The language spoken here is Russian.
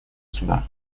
суда